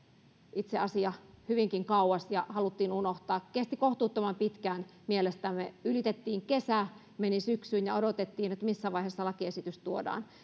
itse asia hyvinkin kauas ja haluttiin unohtaa se se kesti kohtuuttoman pitkään mielestämme ylitettiin kesä meni syksyyn ja odotettiin missä vaiheessa lakiesitys tuodaan